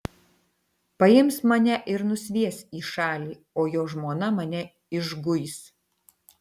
paims mane ir nusvies į šalį o jo žmona mane išguis